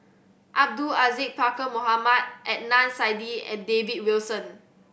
Abdul Aziz Pakkeer Mohamed Adnan Saidi and David Wilson